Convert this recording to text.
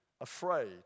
afraid